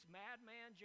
madman